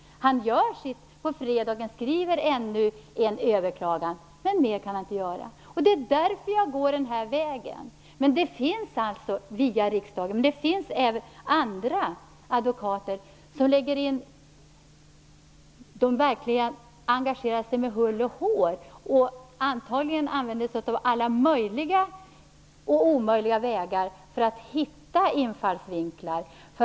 Han skriver på fredagen ännu en överklagan. Men mer kan han inte göra. Det är därför som jag går denna väg via riksdagen. Men det finns även andra advokater som verkligen engagerar sig med hull och hår och antagligen använder sig av alla möjliga och omöjliga vägar för att hitta infallsvinklar.